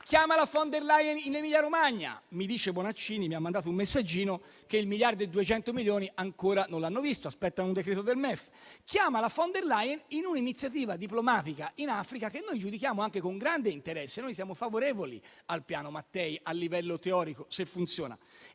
chiama in Emilia-Romagna; Bonaccini mi ha mandato un messaggio dicendomi che il miliardo e i 200 milioni ancora non l'hanno visto, aspettano un decreto del MEF. La Presidente chiama la von der Leyen in un'iniziativa diplomatica in Africa che noi giudichiamo anche con grande interesse, noi siamo favorevoli al Piano Mattei a livello teorico, se funziona.